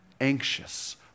anxious